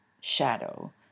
shadow